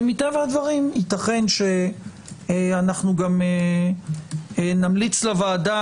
ומטבע הדברים יתכן שאנחנו גם נמליץ לוועדה